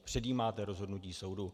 Předjímáte rozhodnutí soudu.